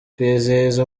kwizihiza